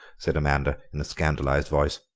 said amanda in a scandalised voice.